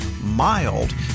mild